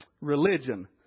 Religion